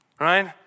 right